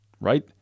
right